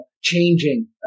changing